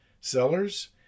sellers